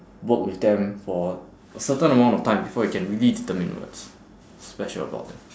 work with them for a certain amount of time before you can really determine what's special about them